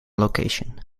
location